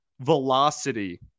velocity